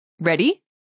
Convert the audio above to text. Ready